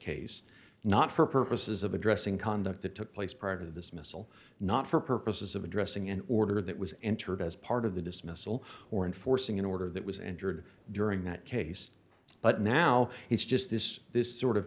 case not for purposes of addressing conduct that took place part of this missile not for purposes of addressing an order that was entered as part of the dismissal or enforcing an order that was injured during that case but now he's just this this sort of